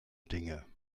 dinge